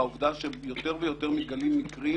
והעובדה שיותר ויותר מגלים מקרים